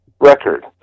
record